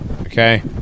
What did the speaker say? Okay